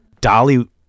Dolly